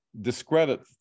discredit